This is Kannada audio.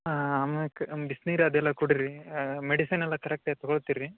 ಆಮ್ಯಾಲ್ ಬಿಸ್ನೀರು ಅದೆಲ್ಲ ಕುಡೀರಿ ಮೆಡಿಸಿನೆಲ್ಲ ಕರೆಕ್ಟಾಗಿ ತೊಗೊಳ್ತಿರಿ